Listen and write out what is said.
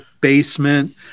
basement